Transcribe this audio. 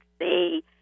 see